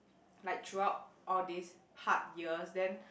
like through out all these hard years then